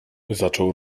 zaczął